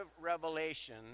revelation